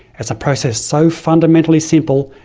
it's a process so fundamentally simple,